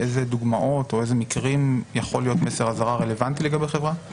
באילו מקרים יכול להיות מסר אזהרה רלוונטי לגבי חברה.